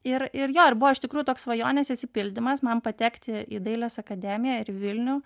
ir ir jo ir buvo iš tikrųjų toks svajonės išsipildymas man patekti į dailės akademiją ir į vilnių